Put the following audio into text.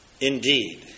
indeed